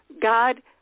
God